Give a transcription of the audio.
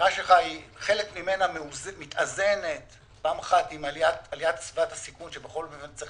חלק מהאמירה שלך מתאזנת פעם אחת עם עליית סביבת הסיכון שצריך